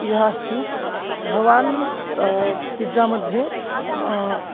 यः अस्ति भवान् पिज़्ज़ा मध्ये